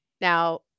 Now